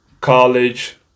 college